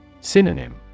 Synonym